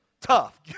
tough